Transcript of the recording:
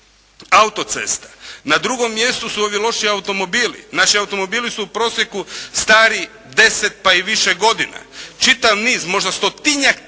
autocesta. Na drugom mjestu su ovi loši automobili. Naši automobili su u prosjeku stari 10 pa i više godina. Čitav niz, možda stotinjak